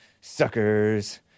Suckers